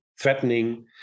threatening